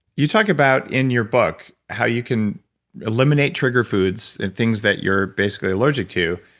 you talk about in your book how you can eliminate trigger foods and things that you're basically allergic to,